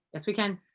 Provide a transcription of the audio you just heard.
yes, we can.